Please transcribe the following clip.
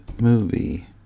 movie